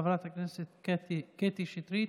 חברת הכנסת קטי שטרית,